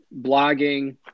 blogging